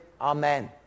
Amen